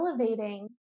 elevating